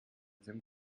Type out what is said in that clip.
sim